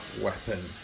weapon